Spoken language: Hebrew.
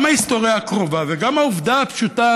וגם ההיסטוריה הקרובה וגם העובדה הפשוטה,